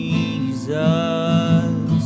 Jesus